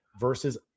versus